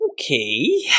Okay